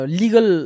legal